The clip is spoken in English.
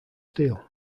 steel